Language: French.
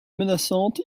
menaçante